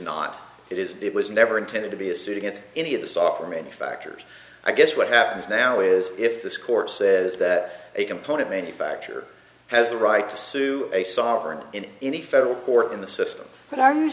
not it is it was never intended to be a suit against any of the software manufacturers i guess what happens now is if this court says that a component manufacture has the right to sue a sovereign in any federal court in the system what are you